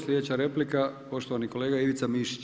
Slijedeća replika poštovani kolega Ivica Mišić.